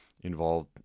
involved